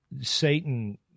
Satan